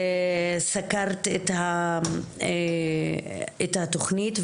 סקרת את התכנית,